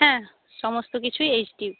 হ্যাঁ সমস্ত কিছুই এইচ ডি